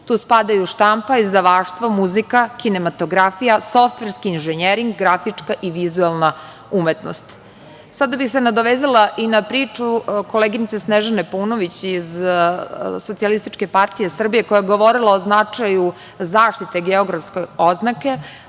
tu spadaju: štampa, izdavaštvo, muzika, kinematografija, softverski inženjering, grafička i vizuelna umetnost. Sada bih se nadovezala i na priču koleginice Snežane Paunović iz SPS, koja je govorila o značaju zaštite geografske oznake